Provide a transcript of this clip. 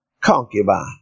concubine